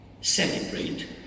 celebrate